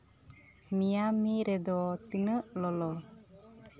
Miami ᱨᱮᱫᱚ ᱛᱤᱱᱟᱹᱜ ᱞᱚᱞᱚ